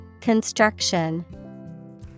Construction